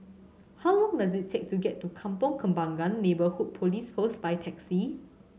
how long does it take to get to Kampong Kembangan Neighbourhood Police Post by taxi